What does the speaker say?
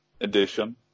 edition